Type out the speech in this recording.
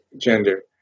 gender